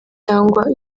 cyangwa